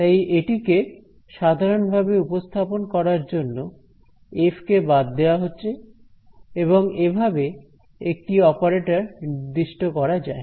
তাই এটিকে সাধারণ ভাবে উপস্থাপন করার জন্য এফ কে বাদ দেওয়া হচ্ছে এবং এভাবে একটি অপারেটর নির্দিষ্ট করা যায়